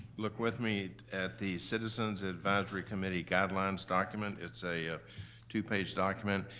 look with me at the citizens advisory committee guidelines document. it's a two-page document,